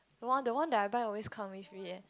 one the one that I buy always come with it eh